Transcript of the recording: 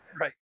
Right